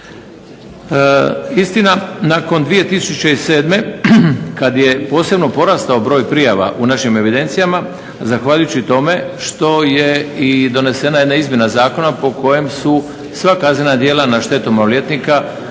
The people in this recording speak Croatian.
Istina nakon 2007. kada je posebno porastao broj prijava u našim evidencijama zahvaljujući tome što je donesena jedna izmjena zakona po kojem su sva kaznena djela na štetu maloljetnika